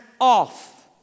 off